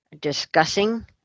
discussing